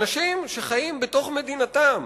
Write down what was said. אנשים שחיים בתוך מדינתם,